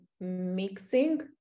mixing